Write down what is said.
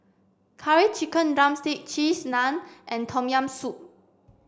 curry chicken drumstick cheese naan and tom yam soup